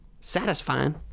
Satisfying